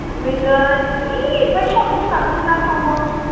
दुगैगोन इ ओमफ्राय sound box लानांगौ ना साउन्द बक्स